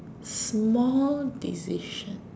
small decision